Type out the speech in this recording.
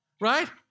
Right